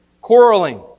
quarreling